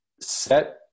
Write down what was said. set